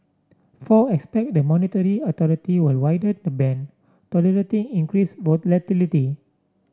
four expect the monetary authority will widen the band tolerating increased volatility